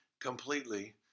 completely